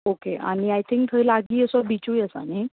okay आनी I think थंय लागीं असो बिचूय आसा न्ही